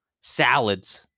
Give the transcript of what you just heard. Salads